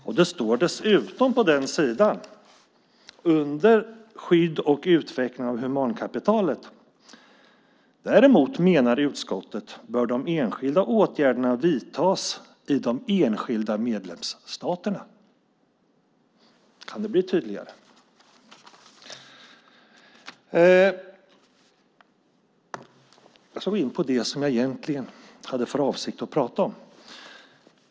Dessutom står följande på den sidan under rubriken Skydd och utveckling av humankapitalet: "Däremot, menar utskottet, bör de enskilda åtgärderna vidtas i de enskilda medlemsstaterna." Kan det bli tydligare? Jag ska nu gå in på det som jag egentligen hade för avsikt att prata om.